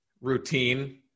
routine